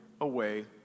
away